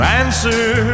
answer